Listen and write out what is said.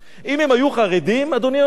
אם הם היו חרדים, אדוני היושב-ראש,